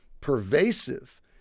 pervasive